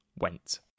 went